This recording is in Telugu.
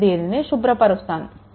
నేను దీనిని శుభ్రపరుస్తాను